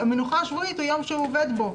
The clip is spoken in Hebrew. יום המנוחה השבועי, הוא יום שהוא עובד בו.